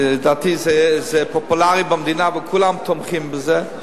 שלדעתי זה פופולרי במדינה וכולם תומכים בזה.